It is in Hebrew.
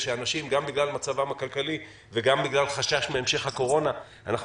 שאנשים גם בגלל מצבם הכלכלי וגם בגלל חשש מהמשך הקורונה אנחנו